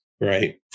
Right